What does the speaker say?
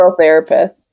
therapist